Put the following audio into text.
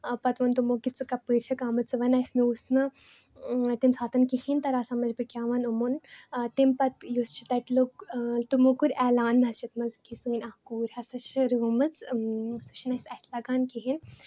آ پَتہٕ ووٚن تِمو کہِ ژٕ کَپٲرۍ چھَکھ آمٕژ ژٕ وَن اَسہِ مےٚ اوس نہٕ تمہِ ساتہٕ کِہیٖنٛۍ تَران سمجھ بہٕ کیٛاہ وَنہٕ یِمَن تَمہِ پَتہٕ یُس چھِ تَتہِ لُکھ تِمو کوٚر اعلان مَسجِد منٛز کہِ سٲنۍ اَکھ کوٗر ہَسا چھِ رٲومٕژ سۅ چھِنہٕ اَسہِ اَتھِ لَگان کِہیٖنٛۍ